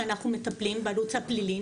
שאנחנו מטפלים בערוץ הפלילי,